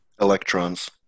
Electrons